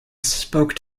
spoke